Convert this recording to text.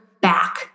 back